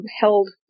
held